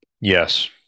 Yes